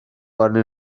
arnyn